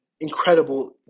Incredible